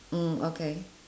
mm okay